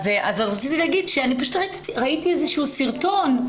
רציתי להגיד שראיתי סרטון,